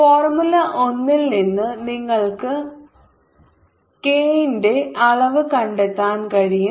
formula ഒന്നിൽ നിന്ന് നിങ്ങൾക്ക് k ന്റെ അളവ് കണ്ടെത്താൻ കഴിയും